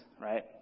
right